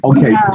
Okay